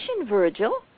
Virgil